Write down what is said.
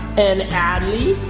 and adley,